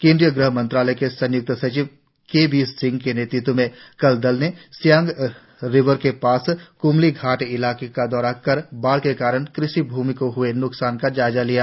केंद्रीय गृह मंत्रालय के संय्क्त सचिव केबीसिंह के नेतृत्व में कल दल ने सियांग रिवर के पास क्मली घाट इलाके का दौरा कर बाढ़ के कारण कृषि भूमि को हए न्कसान का जायजा लिया